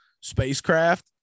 spacecraft